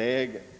i Västerås.